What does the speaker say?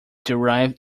derived